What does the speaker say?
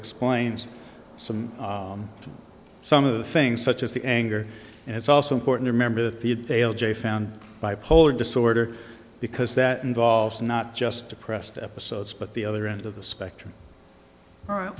explains some some of the things such as the anger and it's also important to remember that the dail jay found bipolar disorder because that involves not just depressed episodes but the other end of the spectrum